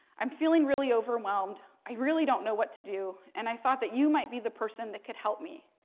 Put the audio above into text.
i'm feeling really overwhelmed. i really don't know what to do. and, i thought that you might be the person that could help me.